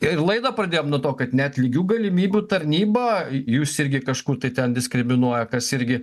ir laidą pradėjom nuo to kad net lygių galimybių tarnyba jūs irgi kažkur ten diskriminuoja kas irgi